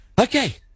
Okay